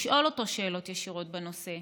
לשאול אותו שאלות ישירות בנושא,